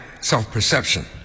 self-perception